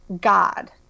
God